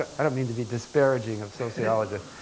i don't mean to be disparaging of sociologists,